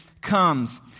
comes